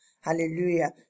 Hallelujah